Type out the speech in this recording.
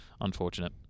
unfortunate